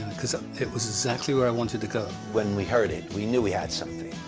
cause ah it was exactly where i wanted to go. when we heard it, we knew we had something.